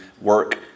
work